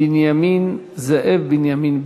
זאב בנימין בגין.